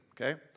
okay